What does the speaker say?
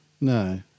No